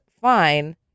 fine